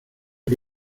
que